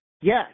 Yes